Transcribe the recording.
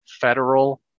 Federal